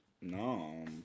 No